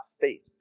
faith